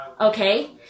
okay